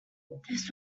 this